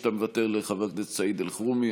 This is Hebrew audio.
שאתה מוותר לחבר הכנסת סעיד אלחרומי,